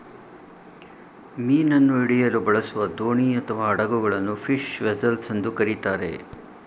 ಮೀನನ್ನು ಹಿಡಿಯಲು ಬಳಸುವ ದೋಣಿ ಅಥವಾ ಹಡಗುಗಳನ್ನು ಫಿಶ್ ವೆಸೆಲ್ಸ್ ಎಂದು ಕರಿತಾರೆ